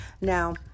Now